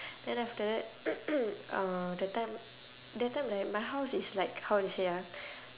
then after that uh that time that time like my house is like how to say ah